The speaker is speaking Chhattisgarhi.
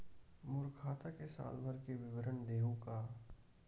मोर खाता के साल भर के विवरण देहू का?